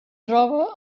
troba